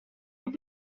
were